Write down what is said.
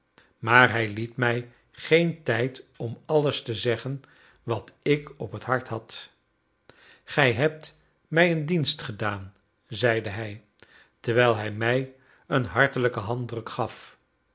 maar hij liet mij geen tijd om alles te zeggen wat ik op het hart had gij hebt mij een dienst gedaan zeide hij terwijl hij mij een hartelijken handdruk gaf